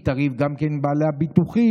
היא תריב גם עם בעלי הביטוחים.